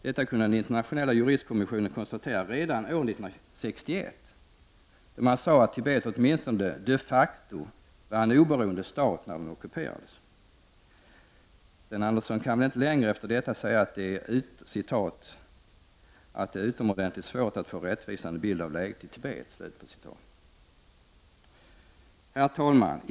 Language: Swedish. Detta kunde den internationella juristkommissionen konstatera redan år 1961, då man sade att Tibet åtminstone de facto var en oberoende stat när den ockuperades. Sten Andersson kan väl inte längre efter detta säga ''att det är utomordentligt svårt att få en rättvisande bild av läget i Tibet''. Herr talman!